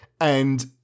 and-